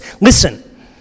Listen